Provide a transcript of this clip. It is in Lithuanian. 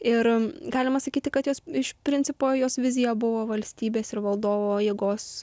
ir galima sakyti kad jos iš principo jos vizija buvo valstybės ir valdovo jėgos